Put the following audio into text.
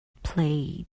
play